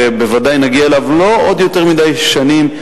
שבוודאי נגיע אליו לא בעוד יותר מדי שנים,